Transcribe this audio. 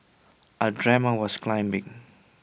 I dreamt I was climbing